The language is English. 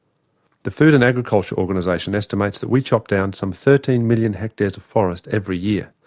the food and agriculture organization estimates that we chop down some thirteen million hectares of forest every year.